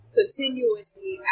continuously